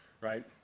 Right